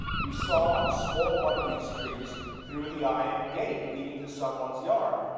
you saw a small one of these trees through the iron gate leading to someone's yard.